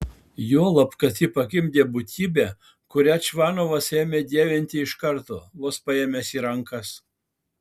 juolab kad ji pagimdė būtybę kurią čvanovas ėmė dievinti iš karto vos paėmęs į rankas